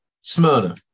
smyrna